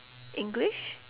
english